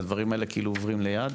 והדברים האלה עוברים ליד.